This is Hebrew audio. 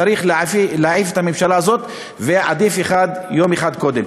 צריך להעיף את הממשלה הזאת, ועדיף יום אחד קודם.